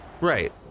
Right